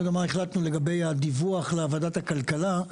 אני לא יודע מה החלטנו לגבי הדיווח לוועדת הכלכלה,